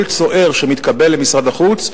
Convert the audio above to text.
כל צוער שמתקבל למשרד החוץ,